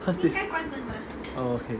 what's this